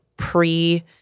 pre